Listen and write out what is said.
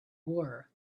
war